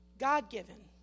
God-given